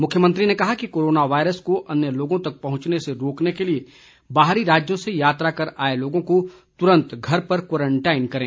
मुख्यमंत्री ने कहा कि कोरोना वायरस को अन्य लोगों तक पहुंचने से रोकने के लिए बाहरी राज्यों से यात्रा कर आए लोगों को तुरंत घर पर क्वारंटाइन करें